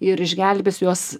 ir išgelbės jos